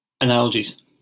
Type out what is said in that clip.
analogies